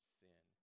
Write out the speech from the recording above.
sin